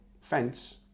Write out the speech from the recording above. fence